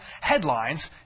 headlines